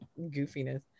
goofiness